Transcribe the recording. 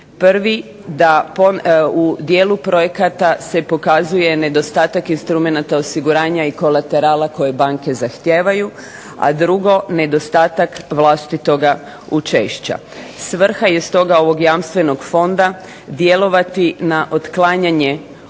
Prvi, da u dijelu projekata se pokazuje nedostatak instrumenata osiguranja i kolaterala koje banke zahtijevaju, a drugo nedostatak vlastitoga učešća. Svrha je stoga ovog Jamstvenog fonda djelovati na otklanjanje